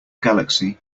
galaxy